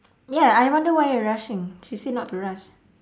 ya I wonder why you're rushing she said not to rush